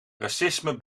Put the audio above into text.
racisme